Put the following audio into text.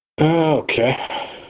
Okay